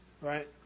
right